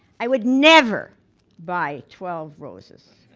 i would never buy twelve roses.